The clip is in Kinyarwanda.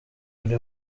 uri